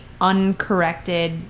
uncorrected